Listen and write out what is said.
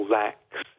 lacks